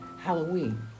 Halloween